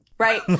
Right